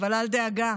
הם עובדים קשה.